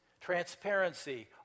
transparency